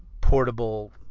portable